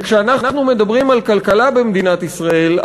כשאנחנו מדברים על כלכלה במדינת ישראל,